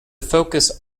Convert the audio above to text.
focus